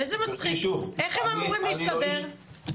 איך הם אמורים להסתדר?